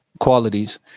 qualities